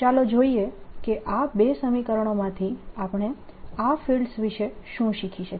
ચાલો જોઈએ કે આ બે સમીકરણોમાંથી આપણે આ ફિલ્ડ્સ વિશે શું શીખી શકીએ